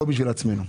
לא בשביל עצמנו.